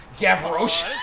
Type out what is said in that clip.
Gavroche